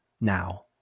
now